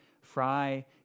Fry